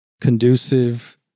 conducive